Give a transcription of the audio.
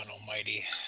almighty